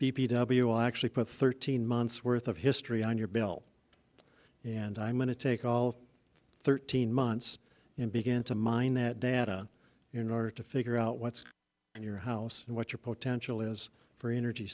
w actually put thirteen months worth of history on your bill and i'm going to take all of thirteen months and begin to mine that data in order to figure out what's in your house and what your potential is for energy